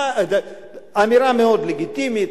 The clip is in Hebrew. אמירה מאוד לגיטימית,